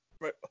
Right